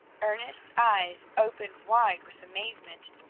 ernest's eyes opened wide with amazement.